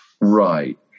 Right